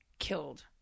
Killed